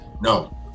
no